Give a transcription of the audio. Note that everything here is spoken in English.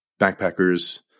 backpackers